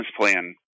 plan